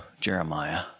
Jeremiah